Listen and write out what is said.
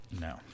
No